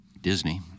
Disney